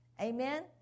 amen